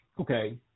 okay